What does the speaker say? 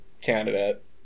candidate